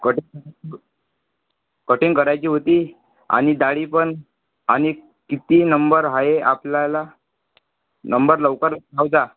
cutting cutting करायची होती आणि दाढी पण आणि किती नंबर आहे आपल्याला नंबर लवकर राहूद्या